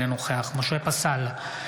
אינו נוכח משה פסל,